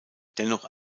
dennoch